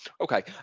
Okay